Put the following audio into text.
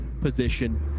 position